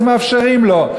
מאפשרים לו.